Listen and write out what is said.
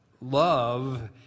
love